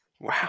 Wow